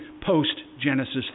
post-Genesis